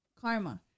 Karma